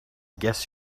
guess